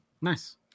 nice